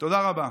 תודה רבה.